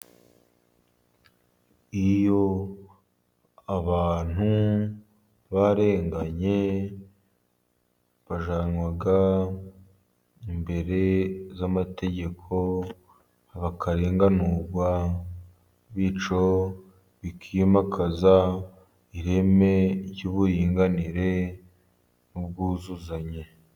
Iyo abantu barenganye, bajyanwa imbere y'amategeko bakarenganurwa, bityo bikimakaza ireme ry'uburinganire n'ubwuzuzanye.